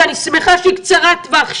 שאני שמחה שהיא קצרת טווח,